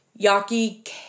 Yaki